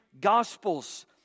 Gospels